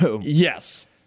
Yes